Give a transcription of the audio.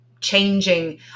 changing